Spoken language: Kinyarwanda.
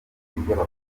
y’abakobwa